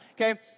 Okay